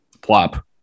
plop